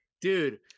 dude